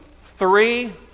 three